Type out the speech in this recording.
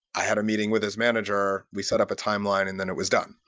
i had a meeting with this manager. we set up a timeline, and then it was done.